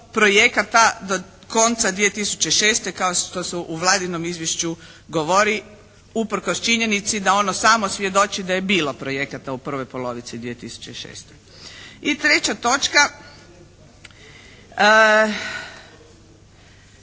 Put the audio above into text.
projekata do konca 2006. kao što se u Vladinom izvješću govori usprkos činjenici da ono samo svjedoči da je bilo projekata u prvoj polovici 2006. I treća točka